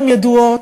הן ידועות,